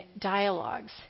dialogues